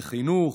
לחינוך,